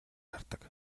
хардаг